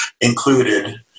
included